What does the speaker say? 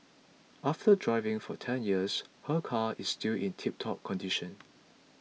after driving for ten years her car is still in tiptop condition